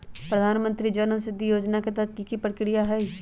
प्रधानमंत्री जन औषधि योजना के तहत की की प्रक्रिया होई?